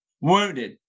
wounded